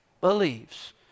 believes